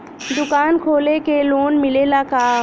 दुकान खोले के लोन मिलेला का?